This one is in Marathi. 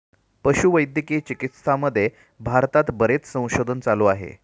पशुवैद्यकीय चिकित्सामध्ये भारतात बरेच संशोधन चालू आहे